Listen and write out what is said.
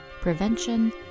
prevention